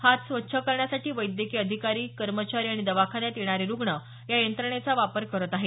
हात स्वच्छ करण्यासाठी वैद्यकीय अधिकारी कर्मचारी आणि दवाखान्यात येणारे रुग्ण या यंत्रणेचा वापर करत आहेत